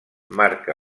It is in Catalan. marca